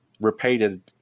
repeated